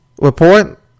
report